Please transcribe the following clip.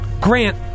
Grant